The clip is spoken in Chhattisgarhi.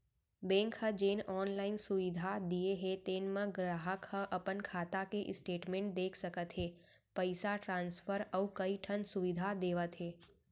बेंक ह जेन आनलाइन सुबिधा दिये हे तेन म गराहक ह अपन खाता के स्टेटमेंट देख सकत हे, पइसा ट्रांसफर अउ कइ ठन सुबिधा देवत हे